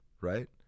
right